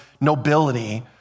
nobility